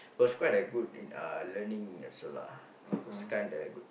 it was quite a good in uh learning also lah it's kind the good